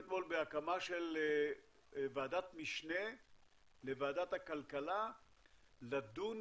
בהקמה של ועדת משנה לוועדת הכלכלה לדון